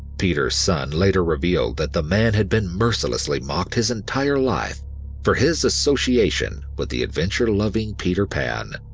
peter's son later revealed that the man had been mercilessly mocked his entire life for his association with the adventure loving peter pan,